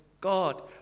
God